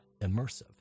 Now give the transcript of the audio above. immersive